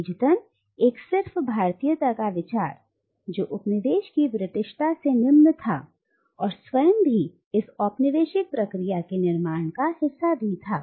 नतीजतन एक सिर्फ भारतीयता का विचार जो उपनिवेश की ब्रिटिशता से निम्न था और स्वयं भी इसी औपनिवेशिक प्रक्रिया के निर्माण का हिस्सा भी था